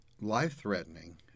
life-threatening